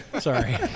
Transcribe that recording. sorry